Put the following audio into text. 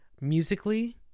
musically